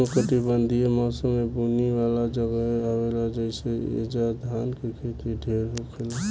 उष्णकटिबंधीय मौसम में बुनी वाला जगहे आवेला जइसे ऐजा धान के खेती ढेर होखेला